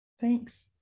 Thanks